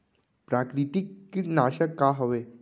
प्राकृतिक कीटनाशक का हवे?